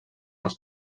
els